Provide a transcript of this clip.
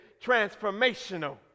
transformational